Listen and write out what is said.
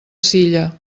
silla